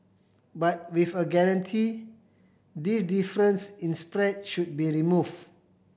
but with a guarantee this difference in spread should be removed